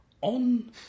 On